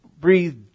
breathe